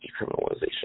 decriminalization